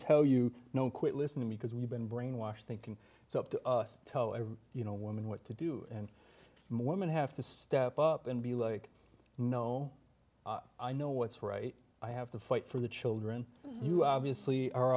tell you know quit listening because we've been brainwashed thinking it's up to us you know woman what to do and more women have to step up and be like no i know what's right i have to fight for the children you obviously are